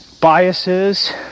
biases